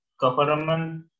government